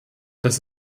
das